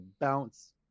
bounce